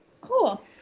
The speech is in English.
Cool